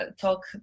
talk